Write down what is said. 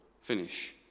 finish